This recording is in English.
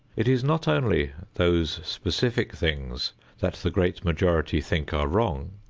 it is not only those specific things that the great majority think are wrong,